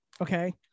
okay